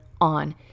on